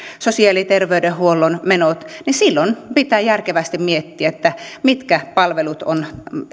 sosiaali ja terveydenhuollon menot niin silloin pitää järkevästi miettiä mitkä palvelut on